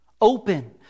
open